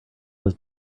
was